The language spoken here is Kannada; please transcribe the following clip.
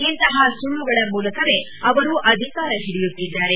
ಇಂತಹ ಸುಳ್ಳುಗಳ ಮೂಲಕವೇ ಅವರು ಅಧಿಕಾರ ಹಿಡಿಯುತ್ತಿದ್ದಾರೆ